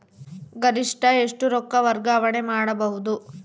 ಗರಿಷ್ಠ ಎಷ್ಟು ರೊಕ್ಕ ವರ್ಗಾವಣೆ ಮಾಡಬಹುದು?